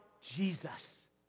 Jesus